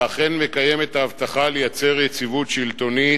אתה אכן מקיים את ההבטחה לייצר יציבות שלטונית,